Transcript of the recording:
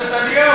ממשלת נתניהו,